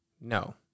No